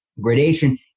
gradation